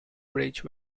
bridge